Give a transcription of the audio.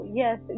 yes